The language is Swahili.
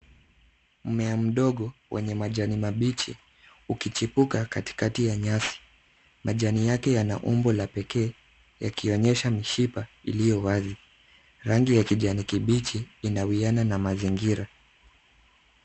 Mmea mdogo wenye majani mabichi ukichipuka katikati ya nyasi. Majani yake yana umbo la Pekee yakionyesha mishipa iliyowazi. Rangi ya kijani kibichi inawiana na mazingira.